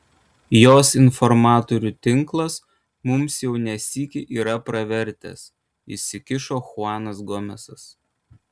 jos informatorių tinklas mums jau ne sykį yra pravertęs įsikišo chuanas gomesas